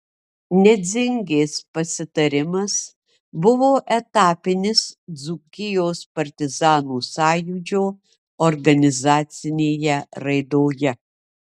nedzingės pasitarimas buvo etapinis dzūkijos partizanų sąjūdžio organizacinėje raidoje